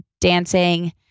dancing